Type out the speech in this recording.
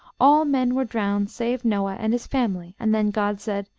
all men were drowned save noah and his family and then god said,